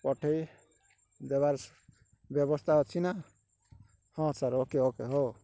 ପଠେଇ ଦେବାର ବ୍ୟବସ୍ଥା ଅଛି ନା ହଁ ସାର୍ ଓକେ ଓକେ ହଉ